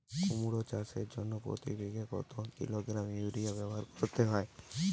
কুমড়ো চাষের জন্য প্রতি বিঘা কত কিলোগ্রাম ইউরিয়া ব্যবহার করতে হবে?